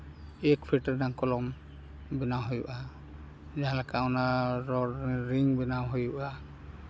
ᱮᱹᱠ ᱯᱷᱤᱴ ᱨᱮᱱᱟᱜ ᱠᱚᱞᱚᱢ ᱵᱮᱱᱟᱣ ᱦᱩᱭᱩᱜᱼᱟ ᱡᱟᱦᱟᱸ ᱞᱮᱠᱟ ᱨᱚᱰ ᱨᱤᱝ ᱵᱮᱱᱟᱣ ᱦᱩᱭᱩᱜᱼᱟ